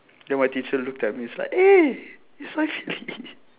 then my teacher looked at me it's like eh it's saifu~